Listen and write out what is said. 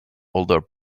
older